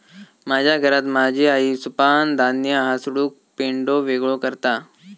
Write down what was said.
माझ्या घरात माझी आई सुपानं धान्य हासडून पेंढो वेगळो करता